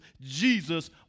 Jesus